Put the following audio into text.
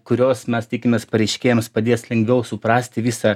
kurios mes tikimės pareiškėjams padės lengviau suprasti visą